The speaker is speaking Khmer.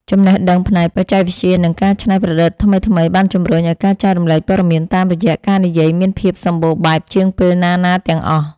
ចំណេះដឹងផ្នែកបច្ចេកវិទ្យា និងការច្នៃប្រឌិតថ្មីៗបានជំរុញឱ្យការចែករំលែកព័ត៌មានតាមរយៈការនិយាយមានភាពសម្បូរបែបជាងពេលណាៗទាំងអស់។